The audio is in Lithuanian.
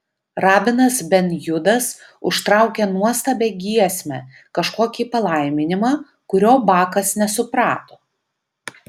rabinas ben judas užtraukė nuostabią giesmę kažkokį palaiminimą kurio bakas nesuprato